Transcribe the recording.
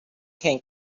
can